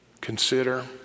consider